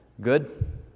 Good